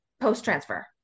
post-transfer